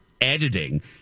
editing